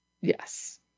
yes